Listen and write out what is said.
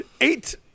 eight